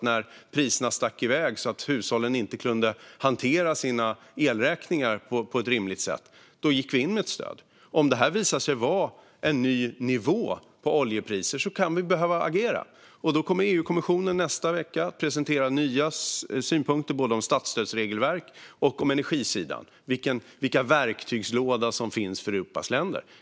När priserna stack iväg så att hushållen inte kunde hantera sina elräkningar på ett rimligt sätt gick vi in med ett stöd. Om detta visar sig vara en ny nivå på oljepriser kan vi behöva agera. EU-kommissionen kommer nästa vecka att presentera nya synpunkter både på statsstödsregelverk och på energisidan, vilken verktygslåda som finns för Europas länder.